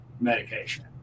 medication